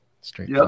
straight